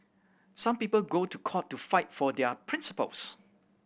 some people go to court to fight for their principles